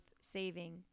saving